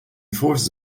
forces